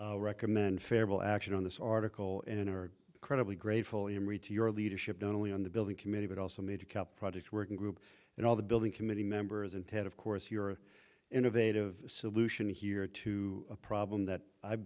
right recommend federal action on this article in or credibly grateful in re to your leadership not only on the building committee but also major cup project working group and all the building committee members and ted of course your innovative solution here to a problem that i've